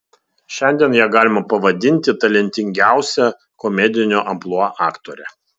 šiandien ją galima pavadinti talentingiausia komedinio amplua aktore